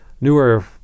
Newer